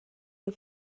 you